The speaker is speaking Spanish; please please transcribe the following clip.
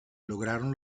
lograron